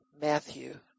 Matthew